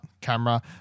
camera